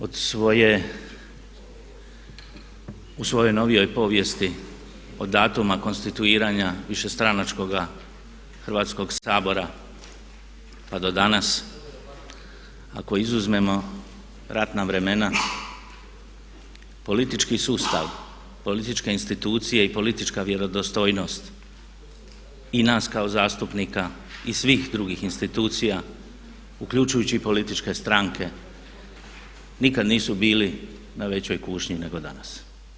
Od svoje, u svojoj novijoj povijesti od datuma konstituiranja višestranačkoga Hrvatskog sabora pa do danas ako izuzmemo ratna vremena politički sustav, politička institucija i politička vjerodostojnost i nas kao zastupnika i svih drugih institucija uključujući i političke stranke nikad nisu bili na većoj kušnji nego danas.